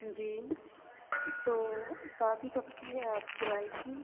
जी तो शादी कब की है आपके भाई की